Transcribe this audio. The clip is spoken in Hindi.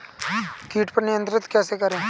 कीट पर नियंत्रण कैसे करें?